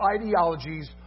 ideologies